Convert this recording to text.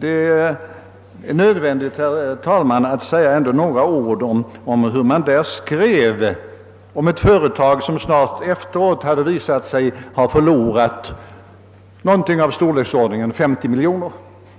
Det är nödvändigt, herr talman, att säga några ord om hur man där skrev om ett företag som strax efteråt visade sig ha förlorat minst 50 miljoner kronor